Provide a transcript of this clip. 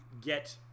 get